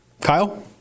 Kyle